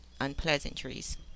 unpleasantries